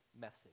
message